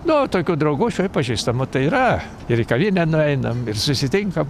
nu tokių draugų šiaip pažįstamų tai yra ir į kavinę nueinam ir susitinkam